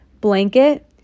blanket